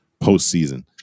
postseason